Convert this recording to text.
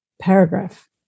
paragraph